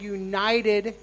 united